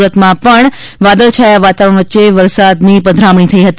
સુરતમાં પણ હાલ વાદળછાયા વાતાવરણ વચ્ચે વરસાદની પધરામણી થઈ હતી